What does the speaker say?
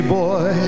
boy